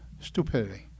stupidity